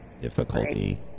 Difficulty